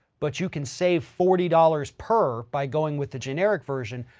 but you can save forty dollars per by going with the generic version,